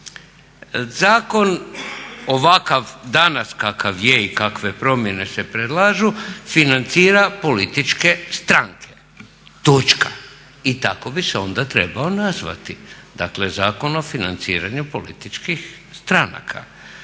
Zakon ovakav danas kakav je i kakve promjene se predlažu, financira političke stranke točka i tako bi se onda trebao nazvati, dakle Zakon o financiranju političkih stranaka.